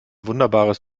wunderbares